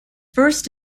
first